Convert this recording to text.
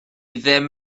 ddim